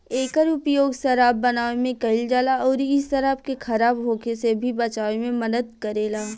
एकर उपयोग शराब बनावे में कईल जाला अउरी इ शराब के खराब होखे से भी बचावे में मदद करेला